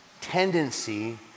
tendency